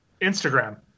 Instagram